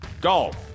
Golf